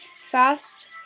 Fast